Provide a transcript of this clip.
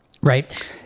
right